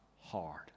hard